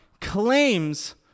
claims